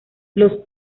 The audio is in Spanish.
los